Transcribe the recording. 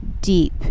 deep